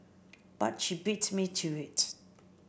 but she beat me to it